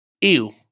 ew